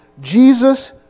Jesus